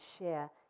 share